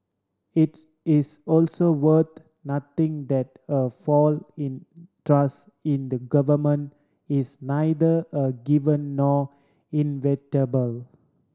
its is also worth noting that a fall in trust in the Government is neither a given nor inevitable